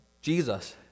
Jesus